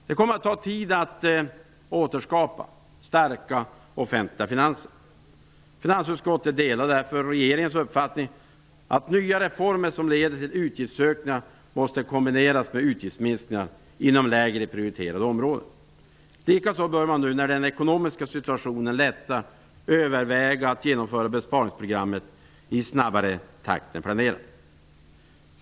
Det kommer att ta tid att återskapa starka offentliga finanser. Finansutskottet delar därför regeringens uppfattning att nya reformer som leder till utgiftsökningar måste kombineras med utgiftsminskningar inom lägre prioriterade områden. Likså bör man nu när den ekonomiska situationen lättar överväga att genomföra besparingsprogrammet i snabbare takt än planerat.